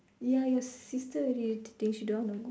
ya your sister already the day she don't want to go